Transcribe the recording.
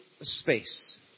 space